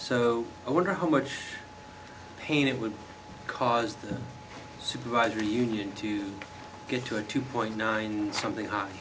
so i wonder how much pain it would cause the supervisor union to get to a two point nine something